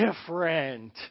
different